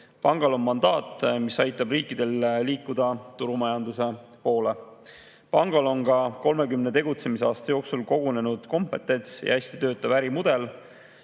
Pangal on mandaat, mis aitab riikidel liikuda turumajanduse poole. Pangal on ka 30 tegutsemisaasta jooksul kogunenud kompetents ja hästi töötav ärimudel